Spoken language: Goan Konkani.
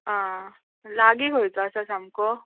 आ लागी खंयचो आसा सामको